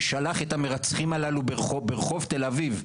ששלח את המרצחים הללו ברחוב תל אביב,